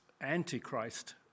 Antichrist